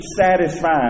satisfied